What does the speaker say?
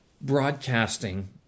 broadcasting